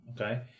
Okay